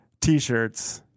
T-shirts